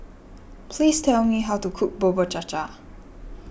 please tell me how to cook Bubur Cha Cha